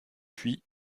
puis